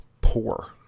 poor